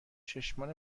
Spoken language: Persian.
چشمان